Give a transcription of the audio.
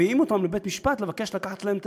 ואז מביאים אותם לבית-משפט לבקש לקחת להם את